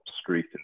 Street